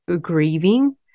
grieving